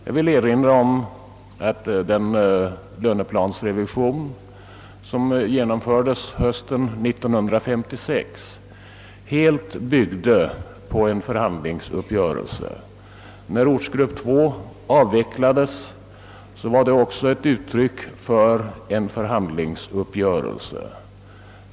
Jag vill erinra om att den löneplansrevision som genomfördes hösten 1956 helt byggde på en förhandlingsuppgörelse. När ortsgrupp 2 avvecklades var det också resultatet av en förhandlingsuppgörelse.